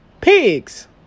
Pigs